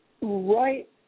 right